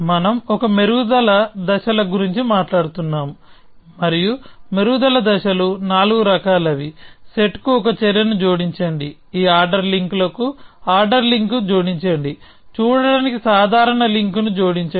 మనం ఒక మెరుగుదల దశల గురించి మాట్లాడుతున్నాము మరియు మెరుగుదల దశలు నాలుగు రకాలవి సెట్ కు ఒక చర్యను జోడించండి ఈ ఆర్డర్ లింక్ ల కు ఆర్డర్ లింక్ జోడించండి చూడటానికి సాధారణ లింక్ ను జోడించండి